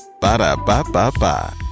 Ba-da-ba-ba-ba